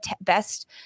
best